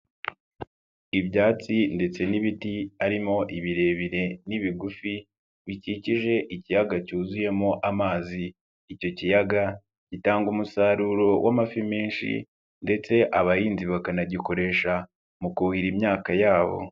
Ibyatsi ndetse n'ibiti harimo ibirebire n'ibigufi bikikije ikiyaga cyuzuyemo amazi icyo kiyaga gitanga umusaruro w'amafi menshi ndetse abahinzi bakanagikoresha mu kuhira imyaka yabo.